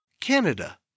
Canada